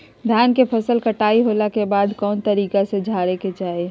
धान के फसल कटाई होला के बाद कौन तरीका से झारे के चाहि?